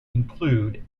include